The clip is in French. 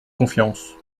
confiance